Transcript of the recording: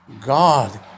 God